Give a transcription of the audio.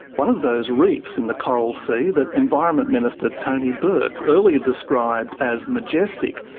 one of those reefs in the coral sea that environment minister, tony burke, earlier described as majestic,